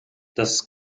das